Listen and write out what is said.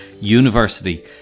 University